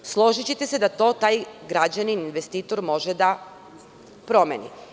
Složićete se da taj građanin, taj investitor to može da promeni.